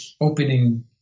opening